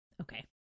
okay